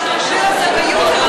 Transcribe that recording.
רבע מיליון צפיות, ב"יוטיוב".